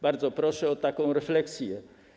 Bardzo proszę o taką refleksję.